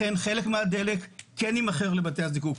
לכן חלק מהדלק כן יימכר לבתי הזיקוק.